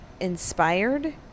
inspired